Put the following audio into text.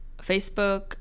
Facebook